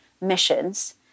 missions